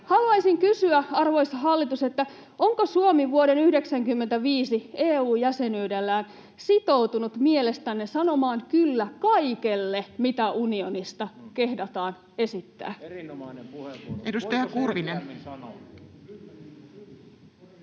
Haluaisin kysyä, arvoisa hallitus: onko Suomi vuoden 95 EU-jäsenyydellään sitoutunut mielestänne sanomaan kyllä kaikelle, mitä unionista kehdataan esittää? [Speech